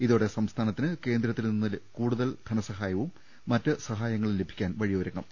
ഇതോടെ സംസ്ഥാനത്തിന് കേന്ദ്ര ത്തിൽ നിന്ന് കൂടുതൽ ധനസഹായവും മറ്റ് സഹായങ്ങളും ലഭി ക്കാൻ വഴിയൊരുങ്ങും